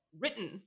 written